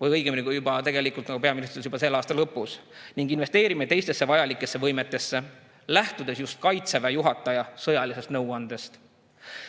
või õigemini, nagu peaminister [ütles], juba selle aasta lõpus ning investeerime teistesse vajalikesse võimetesse lähtudes just Kaitseväe juhataja sõjalisest nõuandest.